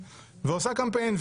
ועושה קמפיין.